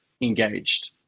engaged